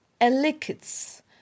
elicits